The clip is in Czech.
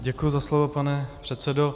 Děkuji za slovo, pane předsedo.